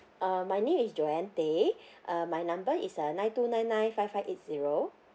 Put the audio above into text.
um my name is joan teh uh my number is uh nine two nine nine five five eight zero